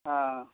ಹಾಂ